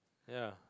ya